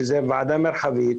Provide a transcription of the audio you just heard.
היא ועדה מרחבית,